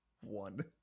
One